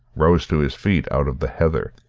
rose to his feet out of the heather,